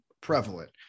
prevalent